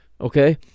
Okay